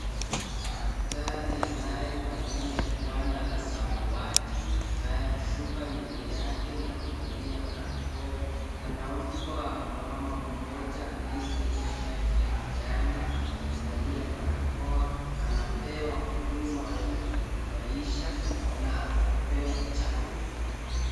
Daktari anayevalia gwanda la samawati na kushuka nywele yake na kuvalia barakoa. Anampa mama nmoja aliyevalia shati ya kijani na kuvalia barakoa. Anapewa huduma ya maisha na kupewa chanjo.